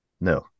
no